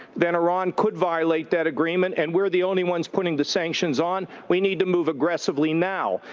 then iran could violate that agreement, and we're the only ones putting the sanctions on. we need to move aggressively now.